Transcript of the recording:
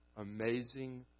amazing